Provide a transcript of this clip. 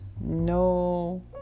no